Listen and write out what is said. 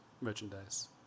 merchandise